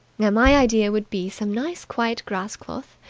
now, my idea would be some nice quiet grass-cloth.